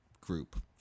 group